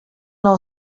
nou